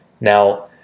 Now